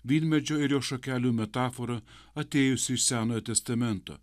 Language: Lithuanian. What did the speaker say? vynmedžio ir jo šakelių metafora atėjusi iš senojo testamento